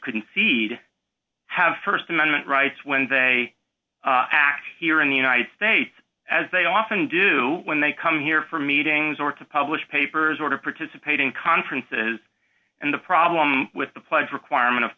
concede have st amendment rights when they act here in the united states as they often do when they come here for meetings or to publish papers or to participate in conferences and the problem with the pledge requirement of